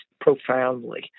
profoundly